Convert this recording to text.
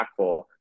impactful